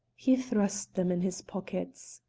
he thrust them in his pockets.